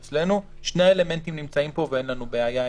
שני האלמנטים נמצאים פה ואין לנו בעיה איתם.